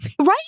Right